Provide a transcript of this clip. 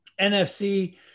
nfc